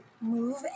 move